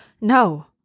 No